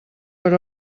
per